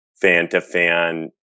fan-to-fan